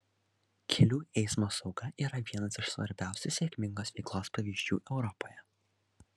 kelių eismo sauga yra vienas iš svarbiausių sėkmingos veiklos pavyzdžių europoje